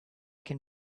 can